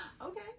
okay